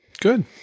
Good